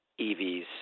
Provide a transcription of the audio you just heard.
EVs